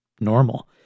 normal